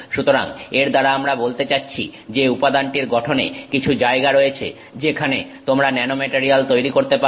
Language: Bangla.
সুতরাং এর দ্বারা আমরা বলতে চাচ্ছি যে উপাদানটির গঠনে কিছু জায়গা রয়েছে যেখানে তোমরা ন্যানোমেটারিয়াল তৈরি করতে পারো